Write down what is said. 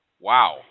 Wow